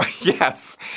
yes